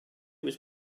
was